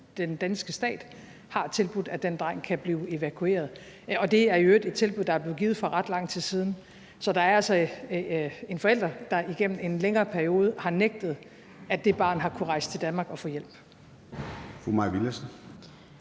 den danske stat har tilbudt, at den dreng kan blive evakueret. Det er i øvrigt et tilbud, der er blevet givet for ret lang tid siden. Så der er altså en forælder, der igennem en længere periode har nægtet, at det barn har kunnet rejse til Danmark og få hjælp.